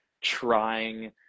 trying